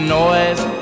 noise